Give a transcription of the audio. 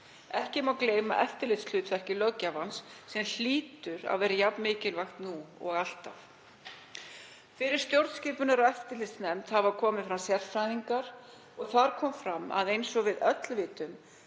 Ekki má gleyma eftirlitshlutverki löggjafans sem hlýtur að vera jafn mikilvægt nú og alltaf. Fyrir stjórnskipunar- og eftirlitsnefnd hafa komið sérfræðingar. Hjá þeim kom fram að það er hlutverk